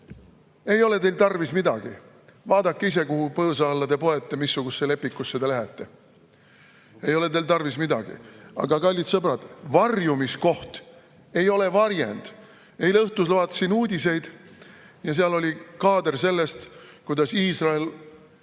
Ei ole teil tarvis midagi, vaadake ise, kuhu põõsa alla te poete, missugusesse lepikusse te lähete. Ei ole teil tarvis midagi! Aga, kallid sõbrad, varjumiskoht ei ole varjend. Eile õhtul ma vaatasin uudiseid ja seal oli kaader sellest, kuidas Iisrael